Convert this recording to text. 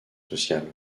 sociales